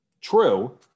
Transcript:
true